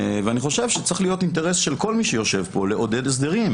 אני חושב שצריך להיות אינטרס של כל מי שיושב כאן לעודד הסדרים.